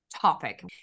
topic